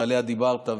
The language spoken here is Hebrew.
שעליה דיברת,